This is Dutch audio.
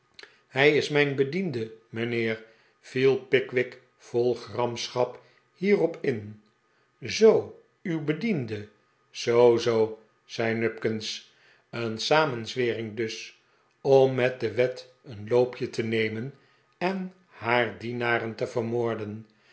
hij is mijn bediende mijnheer viel pickwick vol gramschap hierop in zoo uw bediende zoo zoo zei nupkins een samenzwering dus om met de wet een loopje te nemen en haar dienaren te vermoorden